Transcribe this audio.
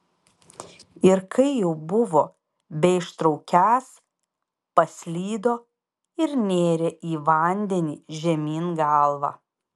ir kai jau buvo beištraukiąs paslydo ir nėrė į vandenį žemyn galva